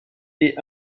est